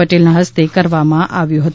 પટેલના હસ્ત્રે કરવામાં આવ્યો્ હતો